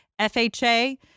FHA